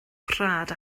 rhad